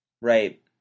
Right